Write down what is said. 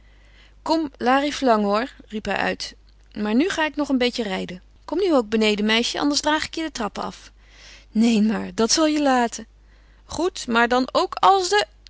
kom lariflang hoor riep hij uit maar nu ga ik nog een beetje rijden kom nu ook beneden meisje anders draag ik je de trappen af neen maar dat zal je laten goed maar dan ook als de